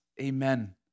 Amen